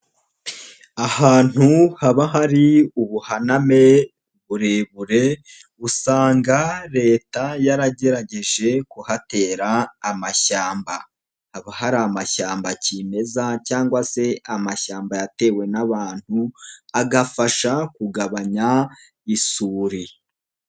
Ahantu haba hari ubuhaname burebure usanga leta yaragerageje kuhatera amashyamba, haba hari amashyamba kimeza cyangwa se amashyamba yatewe n'abantu agafasha kugabanya isuri.